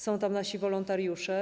Są tam nasi wolontariusze.